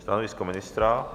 Stanovisko ministra?